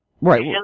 Right